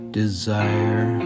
desire